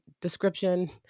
description